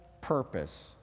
purpose